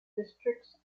districts